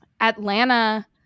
Atlanta